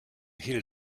hehl